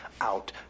out